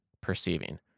perceiving